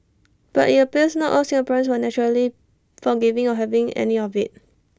but IT appears not all Singaporeans were naturally forgiving or having any of IT